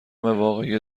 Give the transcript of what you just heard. واقعی